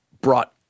brought